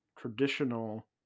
traditional